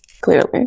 clearly